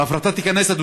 וההפרטה תיכנס לתוקף,